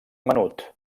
menut